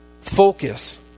focus